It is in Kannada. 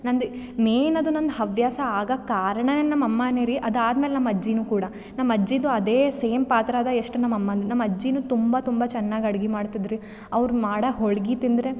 ನಂದು ಮೇನ್ ಅದು ನಂದು ಹವ್ಯಾಸ ಆಗೋಕ್ಕೆ ಕಾರಣವೇ ನಮ್ಮ ಅಮ್ಮನೇ ರೀ ಅದು ಆದಮೇಲೆ ನಮ್ಮ ಅಜ್ಜಿಯು ಕೂಡ ನಮ್ಮ ಅಜ್ಜಿದು ಅದೇ ಸೇಮ್ ಪಾತ್ರ ಇದೆ ಎಷ್ಟು ನಮ್ಮ ಅಮ್ಮಂದು ನಮ್ಮ ಅಜ್ಜಿಯು ತುಂಬ ತುಂಬ ಚೆನ್ನಾಗಿ ಅಡ್ಗೆ ಮಾಡ್ತಿದ್ದು ರೀ ಅವ್ರು ಮಾಡೋ ಹೋಳ್ಗೆ ತಿಂದರೆ